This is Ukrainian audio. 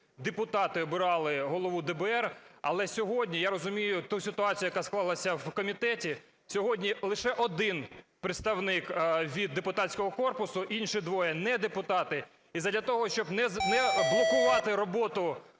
депутати обирали голову ДБР. Але сьогодні, я розумію ту ситуацію, яка склалася в комітеті, сьогодні лише один представник від депутатського корпусу, інші двоє недепутати, і задля того, щоб не блокувати роботу